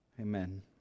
Amen